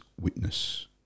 witness